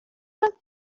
pan